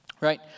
right